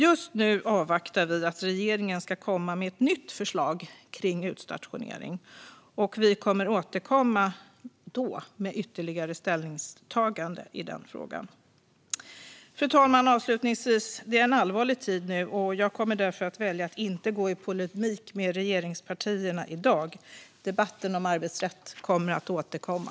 Just nu avvaktar vi att regeringen ska komma med ett nytt förslag kring utstationering. Vi kommer då att återkomma med ytterligare ställningstaganden i frågan. Fru talman! Avslutningsvis är det en allvarlig tid nu. Jag kommer därför att välja att inte gå i polemik med regeringspartierna i dag. Debatten om arbetsrätt kommer att återkomma.